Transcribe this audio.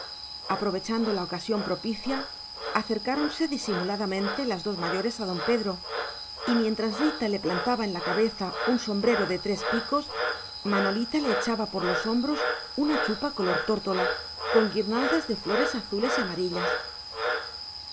aprovechando la ocasión propicia acercáronse disimuladamente las dos mayores a don pedro y mientras rita le plantaba en la cabeza un sombrero de tres picos manolita le echaba por los hombros una chupa color tórtola con guirnaldas de flores azules y amarillas